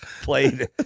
played